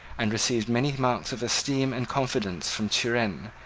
and received many marks of esteem and confidence from turenne,